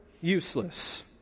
useless